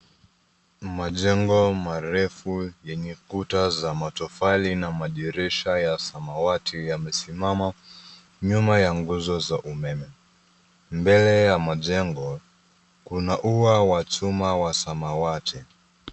Majengo marefu yenye kuta za matofali na madirisha ya samawati yamesimama nyuma ya nguzo za umeme. Mbele ya majengo kuna ua wa chuma wa samawati.